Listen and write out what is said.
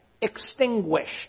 Extinguished